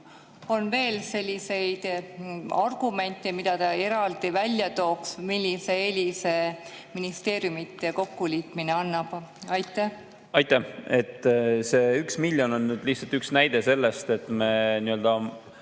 on veel selliseid argumente, mida te eraldi välja tooksite, millise eelise ministeeriumide kokkuliitmine annab? Aitäh! See 1 miljon on lihtsalt üks näide sellest, et me